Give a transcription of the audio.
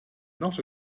not